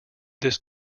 this